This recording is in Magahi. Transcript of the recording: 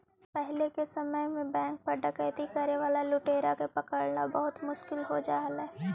पहिले के समय में बैंक पर डकैती करे वाला लुटेरा के पकड़ला बहुत मुश्किल हो जा हलइ